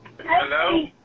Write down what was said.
Hello